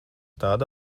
tāda